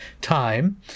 time